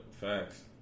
facts